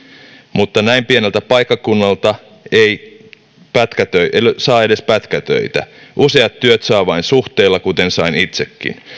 mutta näin pieneltä paikkakunnalta ei saa edes pätkätöitä useat työt saa vain suhteilla kuten sain itsekin